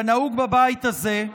כנהוג בבית הזה,